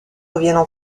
reviennent